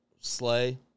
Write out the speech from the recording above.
Slay